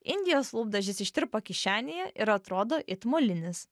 indijos lūpdažis ištirpo kišenėje ir atrodo it molinis